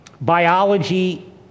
biology